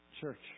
Church